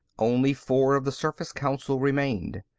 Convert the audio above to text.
only four of the surface council remained.